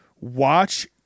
watch